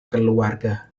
keluarga